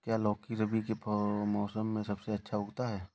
क्या लौकी रबी के मौसम में सबसे अच्छा उगता है?